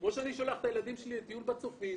כמו שאני שולח את הילדים שלי לטיול בצופים,